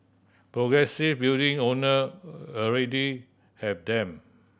progressive building owner already have them